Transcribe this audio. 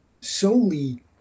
solely